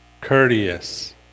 courteous